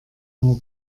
nur